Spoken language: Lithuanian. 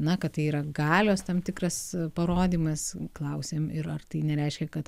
na kad tai yra galios tam tikras parodymas klausėm ir ar tai nereiškia kad